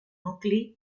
nucli